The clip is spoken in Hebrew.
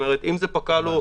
אם זה פקע לו,